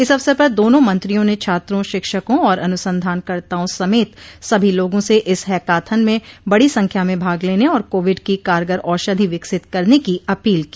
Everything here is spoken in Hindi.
इस अवसर पर दोनों मंत्रियों ने छात्रों शिक्षकों और अनुसंधानकर्ताओं समेत सभी लोगा से इस हैकाथन में बडी संख्या में भाग लेने और कोविड की कारगर औषधि विकसित करने की अपील की